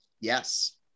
yes